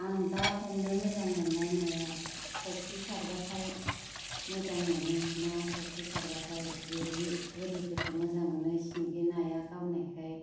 आं दा हमनो मोजां मोन्नाय नाया फख्रि सारबाथाय मोजां मोनो ना फख्रि सारबाथाइ गोरि गोरिफोरखौ मोजां मोनो सिंगि नाया गावनायखाय